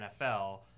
NFL